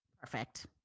Perfect